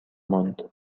ماند